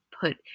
put